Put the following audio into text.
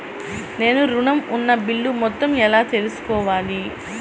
నేను ఋణం ఉన్న బిల్లు మొత్తం ఎలా తెలుసుకోవాలి?